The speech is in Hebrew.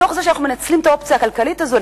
מתוך זה שאנחנו מנצלים את האופציה הכלכלית הזאת,